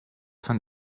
von